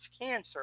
cancer